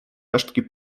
resztki